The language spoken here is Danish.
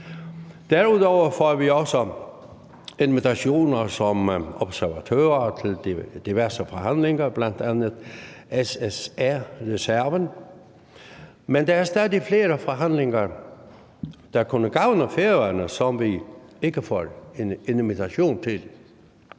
Derudover får vi også invitationer til at være observatør til diverse forhandlinger, bl.a. SSR-reserven, men der er stadig flere forhandlinger, der kunne gavne Færøerne, som vi ikke får invitation til.